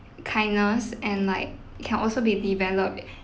kindness and like it can also be developed